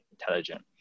intelligent